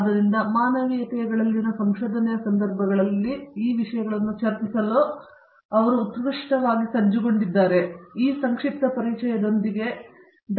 ಆದ್ದರಿಂದ ಮಾನವೀಯತೆಗಳಲ್ಲಿನ ಸಂಶೋಧನೆಯ ಸಂದರ್ಭದಲ್ಲಿ ಈ ವಿಷಯಗಳನ್ನು ಚರ್ಚಿಸಲು ಅವರು ಉತ್ಕೃಷ್ಟವಾಗಿ ಸಜ್ಜುಗೊಂಡಿದ್ದಾರೆ ಮತ್ತು ಆ ಸಂಕ್ಷಿಪ್ತ ಪರಿಚಯದೊಂದಿಗೆ ಡಾ